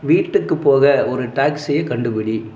வீட்டுக்கு போக ஒரு டாக்ஸியை கண்டுபிடி